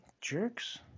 Jerks